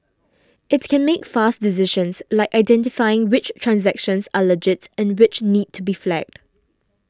it can make fast decisions like identifying which transactions are legit and which need to be flagged